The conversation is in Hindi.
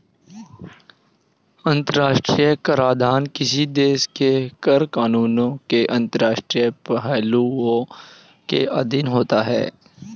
अंतर्राष्ट्रीय कराधान किसी देश के कर कानूनों के अंतर्राष्ट्रीय पहलुओं के अधीन होता है